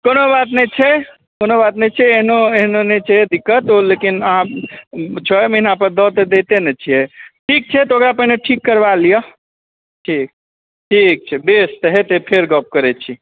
कोनो बात नहि छै कोनो बात नहि छै एहनो नहि छै दिक्कत लेकिन अहाँ छओ महिनापर दऽ तऽ दैते ने छिए ठीक छै तऽ ओकरा पहिने ठीक करबा लिअ ठीक ठीक छै बेसी तऽ हेतै फेर काल्हि गप करै छी